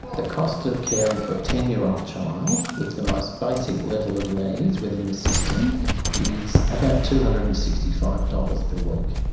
the cost of caring for a ten year old child with the most basic level of needs within the system is about two hundred and sixty five dollars per week.